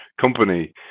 company